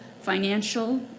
financial